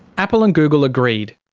apple and google agreed.